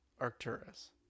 Arcturus